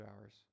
hours